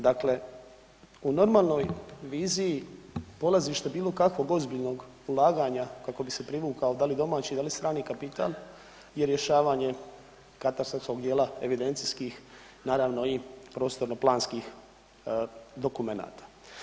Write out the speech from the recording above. Dakle, u normalnoj viziji polazište bilo kakvog ozbiljnog ulaganja kako bi se privukao da li domaći, da li strani kapital je rješavanje katastarskog dijela evidencijskih naravno i prostorno-planskih dokumenata.